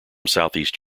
southeast